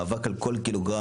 מאבק על כל קילוגרם,